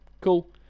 cool